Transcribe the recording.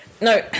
no